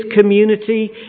community